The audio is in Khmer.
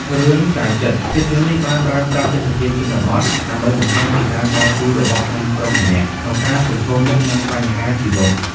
រឿង ចៅ ចិត្រ ភាពយន្តនេះបានប្រើប្រាស់ទេសភាពជនបទដើម្បីបង្ហាញពីការតស៊ូរបស់ក្មេងប្រុសម្នាក់ក្នុងការប្រឈមមុខនឹងបញ្ហាជីវិត។